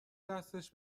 دستش